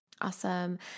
Awesome